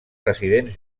residents